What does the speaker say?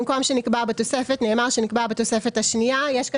במקום "שנקבע בתוספת" נאמר "שנקבע בתוספת השנייה"; יש כאן